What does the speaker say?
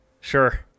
Sure